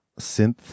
synth